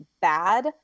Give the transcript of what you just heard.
bad